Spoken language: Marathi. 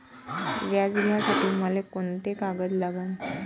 व्याज घ्यासाठी मले कोंते कागद लागन?